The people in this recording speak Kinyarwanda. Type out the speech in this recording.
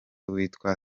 witwa